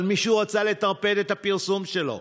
אבל מישהו רצה לטרפד את הפרסום שלו,